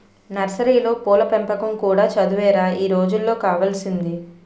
నర్సరీలో పూల పెంపకం కూడా చదువేరా ఈ రోజుల్లో కావాల్సింది